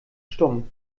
stumm